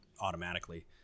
automatically